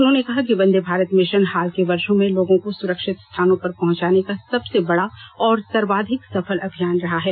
उन्होंने कहा कि वंदे भारत मिशन हाल के वर्षो में लोगों को सुरक्षित स्थानों पर पहुंचाने का सबसे बड़ा और सर्वाधिक सफल अभियान रहा है